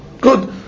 Good